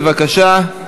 בבקשה.